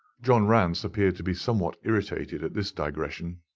john rance appeared to be somewhat irritated at this digression.